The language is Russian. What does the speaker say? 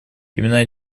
имена